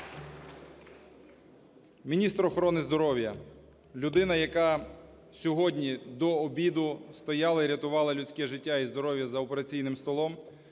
Міністр охорони здоров'я. Людина, яка сьогодні до обіду стояла і рятувала людське життя і здоров'я за операційним столом,